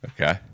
Okay